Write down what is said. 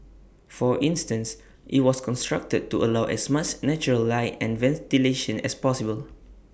for instance IT was constructed to allow as much natural light and ventilation as possible